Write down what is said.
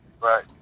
Right